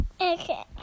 Okay